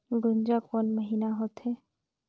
गुनजा कोन महीना होथे?